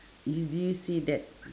you do you see that